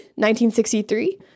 1963